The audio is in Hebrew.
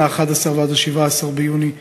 מ-11 ועד 17 ביוני,